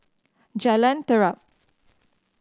Jalan Terap